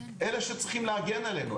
אלה שצריכים להגן עלינו,